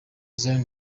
zion